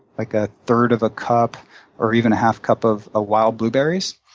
like, a third of a cup or even a half cup of ah wild blueberries,